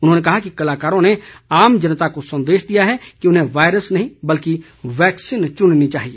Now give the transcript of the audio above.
उन्होंने कहा कि कलाकारों ने आम जनता को संदेश दिया कि उन्हें वायरस नहीं बल्कि वैक्सीन चुननी चाहिए